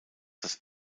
das